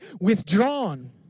withdrawn